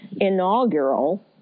inaugural